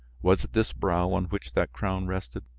was it this brow on which that crown rested?